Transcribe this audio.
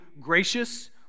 gracious